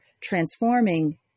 transforming